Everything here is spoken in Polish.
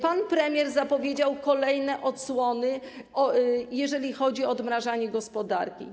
Pan premier zapowiedział kolejne odsłony, jeżeli chodzi o odmrażanie gospodarki.